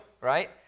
Right